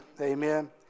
Amen